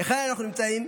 היכן אנחנו נמצאים?